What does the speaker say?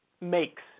makes